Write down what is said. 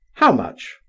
how much?